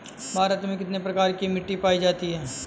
भारत में कितने प्रकार की मिट्टी पाई जाती हैं?